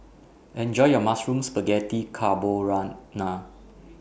Enjoy your Mushroom Spaghetti Carborana